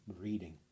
reading